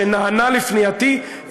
שנענה לפנייתי,